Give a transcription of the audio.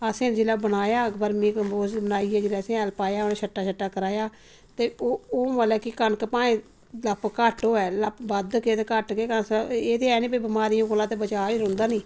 असें जेल्ले बनाया बर्मी कम्पोज्ड बनाइयै जेल्लै असें हैल पाया छट्टा छट्टा कराया ते ओह् ओह् मतलब कि कनक भाएं लप्प घट्ट होए लप्प बद्ध केह् ते घट्ट केह् अस एह् ते ऐ नी भाई बमारियें कोला ते बचाऽ रौंहदा नी